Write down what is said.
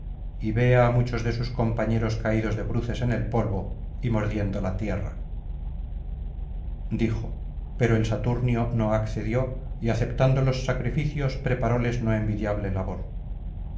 y vea á muchos de sus compañeros caídos de bruces en el polvo y mordiendo la tierra dijo pero el saturnio no accedió y aceptando los sacrificios preparóles no envidiable labor